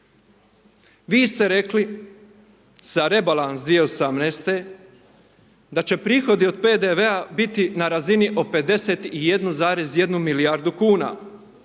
Vi ste rekli, sa rebalans 2018. da će prihodi od PDV-a biti na razini od 51,1 milijardu kn.